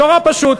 נורא פשוט.